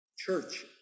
Church